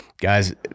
Guys